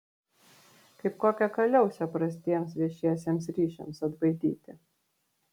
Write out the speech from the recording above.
kaip kokią kaliausę prastiems viešiesiems ryšiams atbaidyti